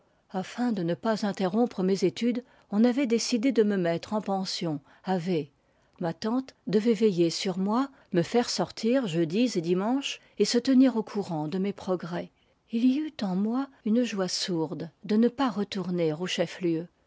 afin de ne pas interrompre mes études on avait décidé de me mettre en pension à v ma tante devait veiller sur moi me faire sortir jeudis et dimanches et se tenir au courant de mes progrès il y eut en moi une joie sourde de ne pas retourner au